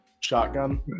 shotgun